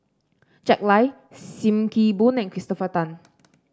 Jack Lai Sim Kee Boon and Christopher Tan